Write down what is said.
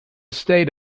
state